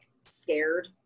scared